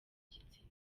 gitsina